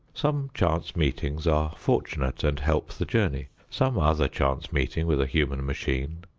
some chance meetings are fortunate and help the journey. some other chance meeting with a human machine,